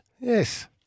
Yes